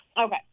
okay